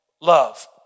love